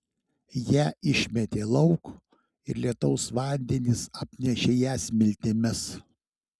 ją išmetė lauk ir lietaus vandenys apnešė ją smiltimis